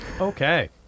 Okay